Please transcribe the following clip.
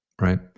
right